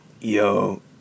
Yo